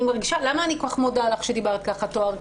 למה אני כל כך מודה לך שדיברת ככה, טוהר?